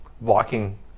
Viking